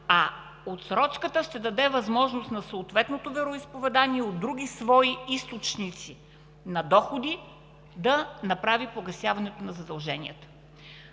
а отсрочката ще даде възможност на съответното вероизповедание от други свои източници на доходи да направи погасяването на задълженията.